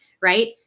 right